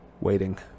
waiting